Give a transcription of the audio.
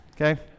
okay